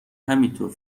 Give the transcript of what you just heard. همینطور